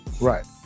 Right